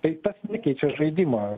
tai nekeičia žaidimo